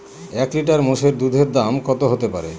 এক লিটার মোষের দুধের দাম কত হতেপারে?